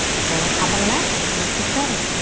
so hop on the mat and let's get started.